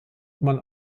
man